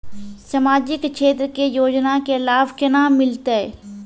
समाजिक क्षेत्र के योजना के लाभ केना मिलतै?